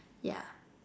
yeah